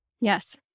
yes